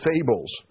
fables